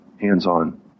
hands-on